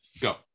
go